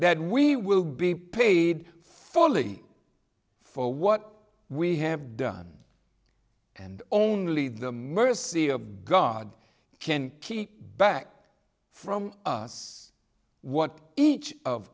that we will be paid fully for what we have done and only the mercy of god can keep back from us what each of